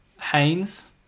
Haynes